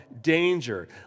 danger